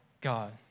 God